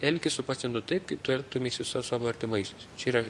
elkis su pacientu taip kaip tu elgtumeisi su savo artimaisiais čia yra